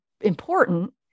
important